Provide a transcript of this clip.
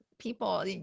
people